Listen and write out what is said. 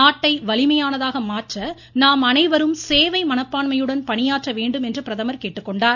நாட்டை வலிமையானதாக மாற்ற நாம் அனைவரும் சேவை மனப்பான்மையுடன் பணியாற்ற வேண்டும் என்றும் பிரதமர் கேட்டுக்கொண்டார்